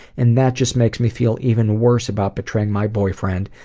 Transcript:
and that just makes me feel even worse about betraying my boyfriend,